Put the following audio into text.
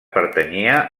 pertanyia